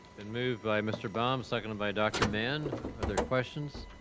and moved by mr. baum, seconded by dr. mann, are there questions?